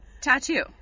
tattoo